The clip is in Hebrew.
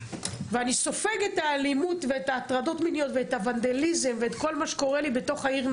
וסופג את האלימות ואת ההטרדות המיניות ואת הוונדליזם בתוך נהריה,